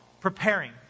preparing